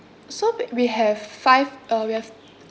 so we we have five uh we have